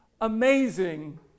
amazing